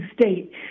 state